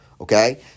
okay